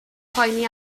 poeni